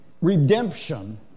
redemption